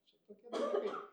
čia tokie dalykai